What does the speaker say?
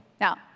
Now